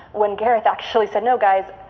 when gareth actually said, no guys,